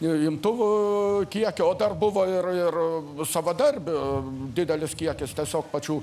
imtuvų kiekį o dar buvo ir ir savadarbių didelis kiekis tiesiog pačių